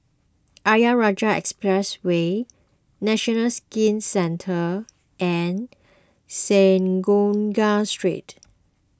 Ayer Rajah Expressway National Skin Centre and Synagogue Street